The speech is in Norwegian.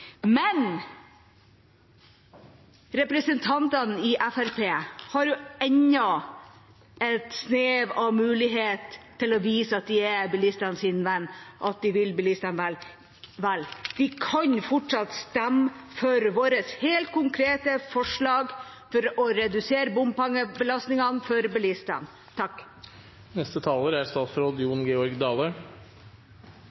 Men representantene i Fremskrittspartiet har ennå et snev av mulighet til å vise at de er bilistenes venn og vil dem vel. De kan fortsatt stemme for våre helt konkrete forslag for å redusere bompengebelastningen for bilistene. Når ein høyrer enkelte representantar si beskriving av Framstegspartiets indre liv, er